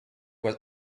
was